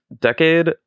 decade